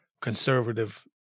conservative